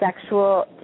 sexual